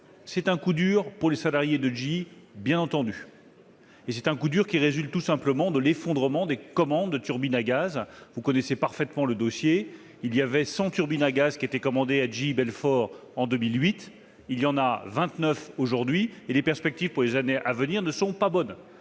C'est un coup dur pour les salariés de GE. Il résulte tout simplement de l'effondrement des commandes de turbines à gaz. Vous connaissez parfaitement le dossier : 100 turbines à gaz avaient été commandées à GE Belfort en 2008, contre 29 aujourd'hui, et les perspectives pour les années à venir ne sont pas bonnes.